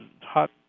hot